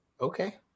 Okay